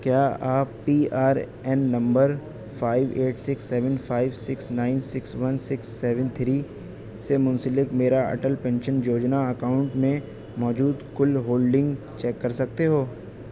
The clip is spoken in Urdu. کیا آپ P R N number five eight six seven five six nine six one six seven three سے منسلک میرا اٹل پینشن یوجنا اکاؤنٹ میں موجود کل ہولڈنگ چیک کر سکتے ہو